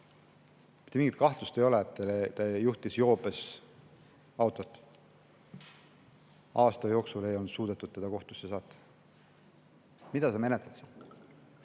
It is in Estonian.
mingit kahtlust ei ole, et ta juhtis autot joobes. Aasta jooksul ei olnud suudetud teda kohtu alla saata. Mida sa menetled seal?